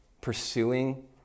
pursuing